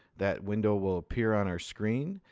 that window will appear on our screen,